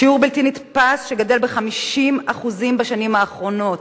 שיעור בלתי נתפס, שגדל ב-50% בשנים האחרונות,